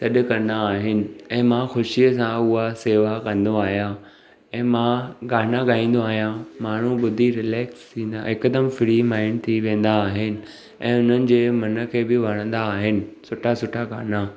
सॾु कंदा आहिनि ऐं मां ख़ुशीअ सां उहा सेवा कंदो आहियां ऐं मां गाना ॻाईंदो आहियां माण्हू ॿुधी रिलेक्स थींदा हिकदमि फ्री माइंड थी वेंदा आहिनि ऐं हुननि जे मन खे बि वणंदा आहिनि सुठा सुठा गाना